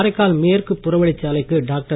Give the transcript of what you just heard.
காரைக்கால் மேற்குப் புறவழிச் சாலைக்கு டாக்டர்